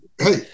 Hey